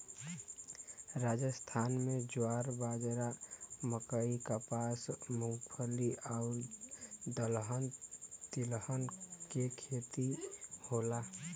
राजस्थान में ज्वार, बाजरा, मकई, कपास, मूंगफली आउर दलहन तिलहन के खेती होला